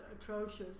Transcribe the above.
atrocious